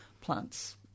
plants